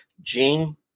Gene